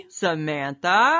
samantha